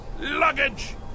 luggage